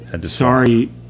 Sorry